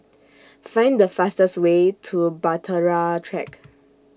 Find The fastest Way to Bahtera Track